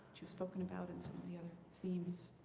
which you've spoken about and some of the other themes?